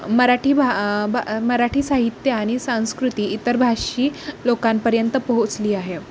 मराठी भा भा मराठी साहित्य आणि संस्कृती इतर भाषी लोकांपर्यंत पोहोचली आहे